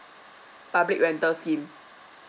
public rental scheme